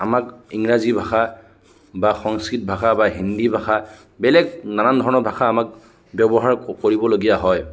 আমাক ইংৰাজী ভাষা বা সংস্কৃত ভাষা বা হিন্দী ভাষা বেলেগ নানান ধৰণৰ ভাষা আমাক ব্যৱহাৰ কৰিবলগীয়া হয়